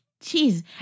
Jeez